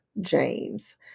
James